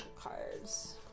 cards